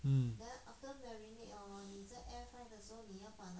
mm